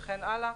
וכן הלאה.